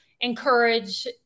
encourage